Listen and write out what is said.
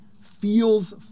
feels